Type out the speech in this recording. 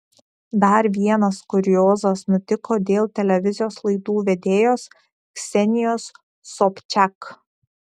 dar vienas kuriozas nutiko dėl televizijos laidų vedėjos ksenijos sobčiak